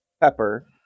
Pepper